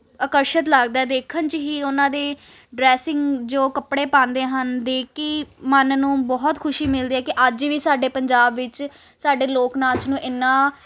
ਅਕਰਸ਼ਤ ਲੱਗਦਾ ਵੇਖਣ 'ਚ ਹੀ ਉਹਨਾਂ ਦੇ ਡਰੈਸਿੰਗ ਜੋ ਕੱਪੜੇ ਪਾਉਂਦੇ ਹਨ ਦੇਖ ਕੇ ਮਨ ਨੂੰ ਬਹੁਤ ਖੁਸ਼ੀ ਮਿਲਦੀ ਹੈ ਕਿ ਅੱਜ ਵੀ ਸਾਡੇ ਪੰਜਾਬ ਵਿੱਚ ਸਾਡੇ ਲੋਕ ਨਾਚ ਨੂੰ ਇੰਨਾਂ